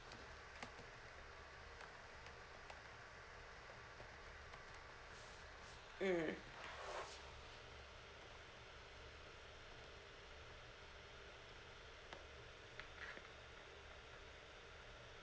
mm